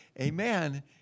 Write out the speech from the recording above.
Amen